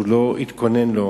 לא התכונן לו.